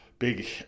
big